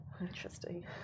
Interesting